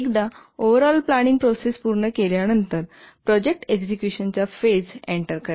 एकदा overall planning process पूर्ण केल्यानंतर प्रोजेक्ट एक्झिक्युशनच्या फेज एंटर करेल